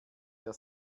der